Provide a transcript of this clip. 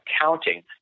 accounting